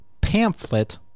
pamphlet